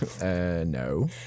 No